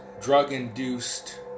drug-induced